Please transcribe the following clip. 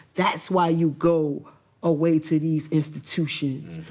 that's why you go away to these institutions,